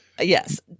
Yes